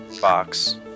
box